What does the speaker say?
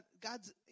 God's